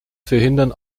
verhindern